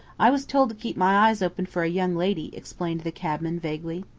i was told to keep my eyes open for a young lady, explained the cabman vaguely.